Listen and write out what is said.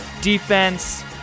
defense